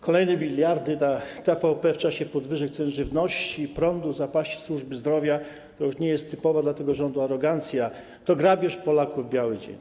Kolejne miliardy na TVP w czasie podwyżek cen żywności, prądu, zapaści służby zdrowia to już nie jest typowa dla tego rządu arogancja - to grabież Polaków w biały dzień.